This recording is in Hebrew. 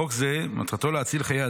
חוק זה מטרתו להציל חיי אדם,